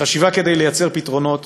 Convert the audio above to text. חשיבה כדי לייצר פתרונות.